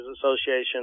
Association